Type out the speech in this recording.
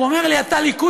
הוא אמר לי: אתה ליכודניק,